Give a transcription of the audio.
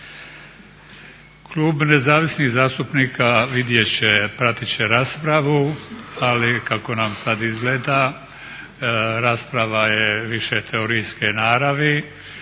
Klub nezavisnih zastupnika vidjet će, pratit će raspravu ali kako nam sad izgleda rasprava je više teorijske naravi